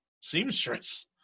seamstress